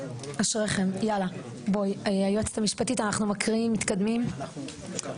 אנחנו המחוקקים, לא אף אחד.